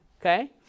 Okay